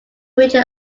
major